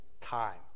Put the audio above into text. time